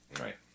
Right